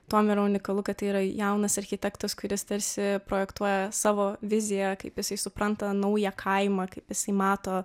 tuom yra unikalu kad tai yra jaunas architektas kuris tarsi projektuoja savo viziją kaip jisai supranta naują kaimą kaip jisai mato